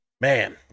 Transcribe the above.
man